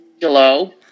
hello